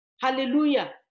Hallelujah